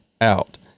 out